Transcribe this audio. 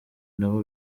nabo